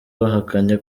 wahakanye